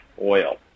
oil